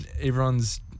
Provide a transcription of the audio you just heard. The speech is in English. everyone's